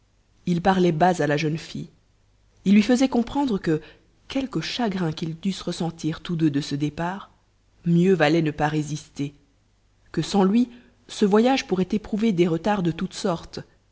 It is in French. il parlait bas à la jeune fille il lui faisait comprendre que quelque chagrin qu'ils dussent ressentir tous deux de ce départ mieux valait ne pas résister que sans lui ce voyage pourrait éprouver des retards de toutes sortes